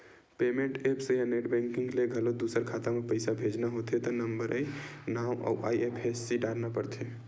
payment apps या net banking ले घलो दूसर खाता म पइसा भेजना होथे त नंबरए नांव अउ आई.एफ.एस.सी डारना परथे